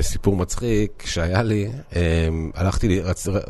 סיפור מצחיק שהיה לי, הלכתי,